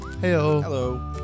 Hello